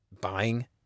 buying